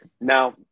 Now